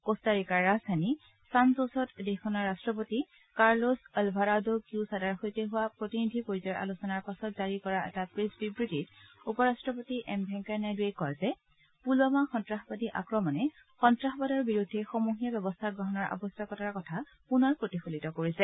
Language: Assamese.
ক'ষ্টাৰিকাৰ ৰাজধানী ছান জ'চত দেশখনৰ ৰাষ্টপতি কাৰ্লোছ অলভাৰাডো কিউছাডাৰ সৈতে হোৱা প্ৰতিনিধি পৰ্যায়ৰ আলোচনাৰ পাছত জাৰি কৰা এটা প্ৰেছ বিবৃতিত উপ ৰাট্টপতি এম ভেংকায়া নাইডুৱে কয় যে পুলৱামা সন্তাসবাদী আক্ৰমণে সন্তাসবাদৰ বিৰুদ্ধে সমূহীয়া ব্যৱস্থা গ্ৰহণৰ আৱশ্যকতাৰ কথা পুনৰ প্ৰতিফলিত কৰিছে